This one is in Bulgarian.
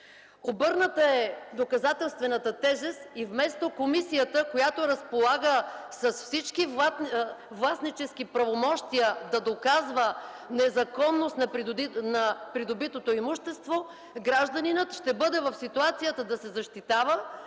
източник. Доказателствената тежест е обърната и вместо комисията, която разполага с всички властнически правомощия, да доказва незаконност на придобитото имущество, гражданинът ще бъде в ситуацията да се защитава,